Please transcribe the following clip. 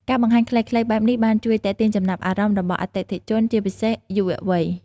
ការបង្ហាញខ្លីៗបែបនេះបានជួយទាក់ទាញចំណាប់អារម្មណ៍របស់អតិថិជនជាពិសេសយុវវ័យ។